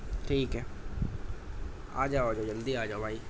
ٹھیک ہے آ جاؤ آ جاؤ جلدی آ جاؤ بھائی